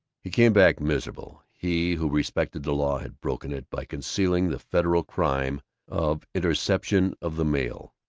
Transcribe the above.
he came back miserable. he, who respected the law, had broken it by concealing the federal crime of interception of the mails.